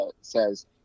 says